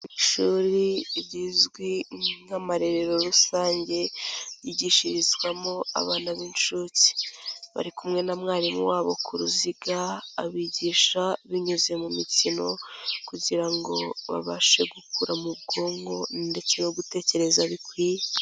Ishuri rizwi nk'amarerero rusange yigishirizwamo abana b'inshuke, bari kumwe na mwarimu wabo ku ruziga abigisha binyuze mu mikino kugira ngo babashe gukura mu bwonko ndetse no gutekereza bikwiye.